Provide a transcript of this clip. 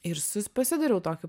ir sus pasidariau tokį